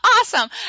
awesome